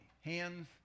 hands